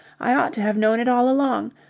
i ought to have known it all along,